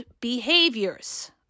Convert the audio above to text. behaviors